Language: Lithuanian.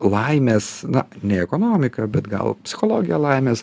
laimės na ne ekonomiką bet gal psichologiją laimės